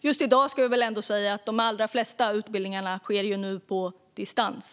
Just i dag, ska jag säga, sker de allra flesta utbildningar på distans.